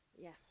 Yes